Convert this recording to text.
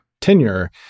tenure